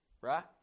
right